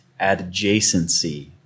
adjacency